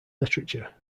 literature